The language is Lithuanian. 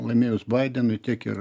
laimėjus baidenui tiek ir